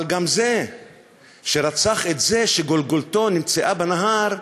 אבל גם זה שרצח את זה שגולגולתו נמצאה בנהר,